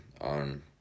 on